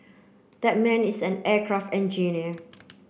that man is an aircraft engineer